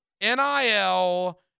NIL